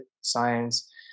science